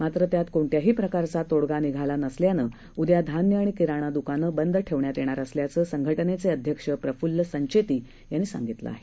मात्रत्यातकोणत्याहीप्रकारचातोडगानिघालानसल्यानंउद्याधान्यआणिकिराणाद्कानंबंदठेव ण्यातयेणारअसल्याचंसंघटनेचेअध्यक्षप्रफ्ल्लसंचेतीयांनीसांगितलंआहे